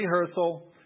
rehearsal